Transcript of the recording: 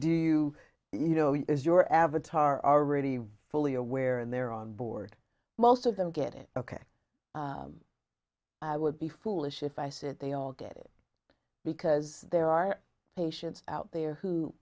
do you know is your avatar already fully aware and they're on board most of them get it ok i would be foolish if i said they all get it because there are patients out there who